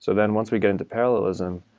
so then once we get into parallelism,